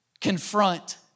confront